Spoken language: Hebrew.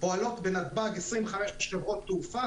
פועלות בנתב"ג 25 חברות תעופה,